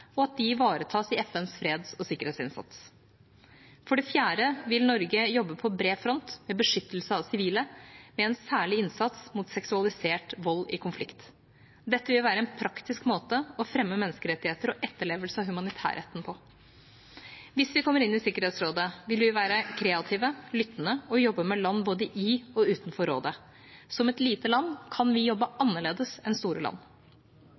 og at de ivaretas i FNs freds- og sikkerhetsinnsats. For det fjerde vil Norge jobbe på bred front med beskyttelse av sivile, med en særlig innsats mot seksualisert vold i konflikter. Dette vil være en praktisk måte å fremme menneskerettigheter og etterlevelse av humanitærretten på. Hvis vi kommer inn i Sikkerhetsrådet, vil vi være kreative, lyttende og jobbe med land både i og utenfor rådet. Som et lite land kan vi jobbe annerledes enn store land. Vår kampanje er i rute, men det er tre land